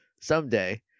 someday